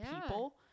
people